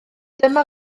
dyma